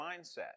mindset